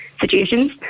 situations